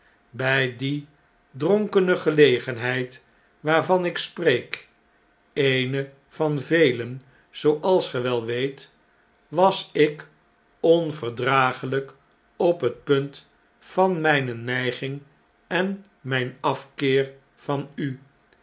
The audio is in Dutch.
bjj die dronkene gelegenheid waarvan ik spreek eene van velen zooals ge wel weet was ik onverdraaglyk op het punt van mjjne neiging en mjjn afkeer van u